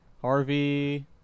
Harvey